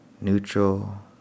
neutral